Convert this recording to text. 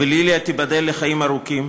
וליליה, תיבדל לחיים ארוכים,